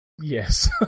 Yes